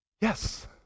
Yes